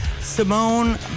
Simone